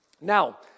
Now